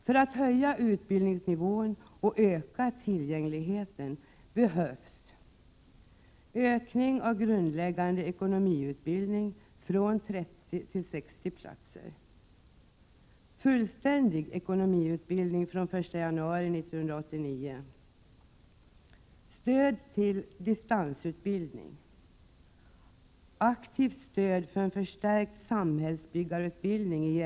För att utbildningsnivån skall kunna höjas och tillgängligheten öka behövs — en ökning av grundläggande ekonomiutbildning från 30 till 60 platser, — aktivt stöd för en förstärkt samhällsbyggar utbildning i Gävle/Sandviken genom bl.a. lantmätarutbildning, mätteknisk utbildning och kartografiutbildning, Gemensamt för länets kommuner är att kommunikationerna har en väsentlig betydelse — vägar, järnvägar, flyg och tele.